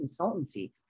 consultancy